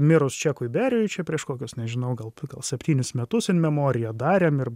mirus čekui beriui čia prieš kokius nežinau gal septynis metus in memoria darėm ir